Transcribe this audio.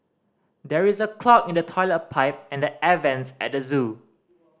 there is a clog in the toilet pipe and the air vents at the zoo